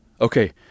okay